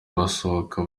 basohoka